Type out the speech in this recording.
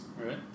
Right